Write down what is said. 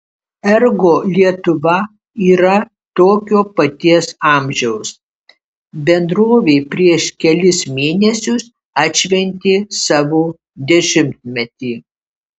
ergo lietuva yra tokio paties amžiaus bendrovė prieš kelis mėnesius atšventė savo dešimtmetį